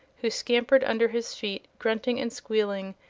who scampered under his feet grunting and squealing,